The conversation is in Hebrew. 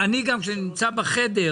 ואני מזכיר לך שאנחנו נלחמנו בו בעוד משהו,